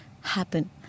happen